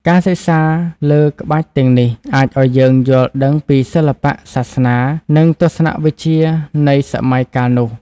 ការសិក្សាលើក្បាច់ទាំងនេះ អាចឱ្យយើងយល់ដឹងពីសិល្បៈ សាសនា និងទស្សនវិជ្ជានៃសម័យកាលនោះ។